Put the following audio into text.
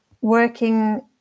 working